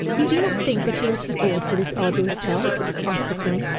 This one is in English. you do not think that you are too old for this arduous task? asked the queen.